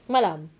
malam